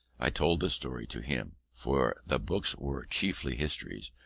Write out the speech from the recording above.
i told the story to him for the books were chiefly histories,